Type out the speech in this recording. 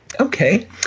Okay